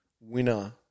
winner